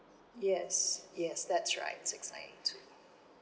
yes yes that's right six nine eight two